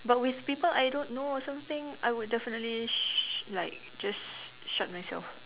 but with people I don't know or something I would definitely sh~ like just shut myself